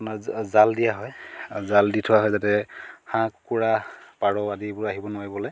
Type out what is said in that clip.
আপোনাৰ জাল দিয়া হয় জাল দি থোৱা হয় যাতে হাঁহ কুকুৰা পাৰ আদিবোৰ আহিব নোৱাৰিবলে